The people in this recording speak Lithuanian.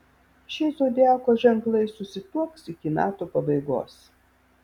šie zodiako ženklai susituoks iki metų pabaigos